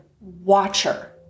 watcher